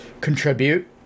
contribute